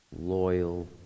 loyal